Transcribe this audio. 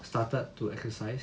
started to exercise